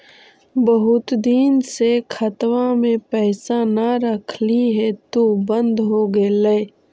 बहुत दिन से खतबा में पैसा न रखली हेतू बन्द हो गेलैय?